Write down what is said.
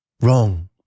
Wrong